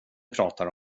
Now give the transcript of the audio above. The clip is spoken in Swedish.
pratar